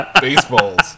baseballs